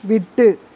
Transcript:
விட்டு